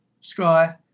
sky